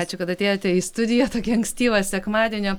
ačiū kad atėjote į studiją tokį ankstyvą sekmadienio